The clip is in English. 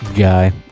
guy